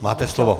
Máte slovo.